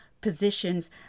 positions